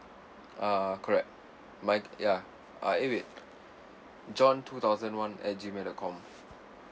ah correct my ya ah john two thousand one at G mail dot com